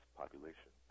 population